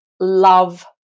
love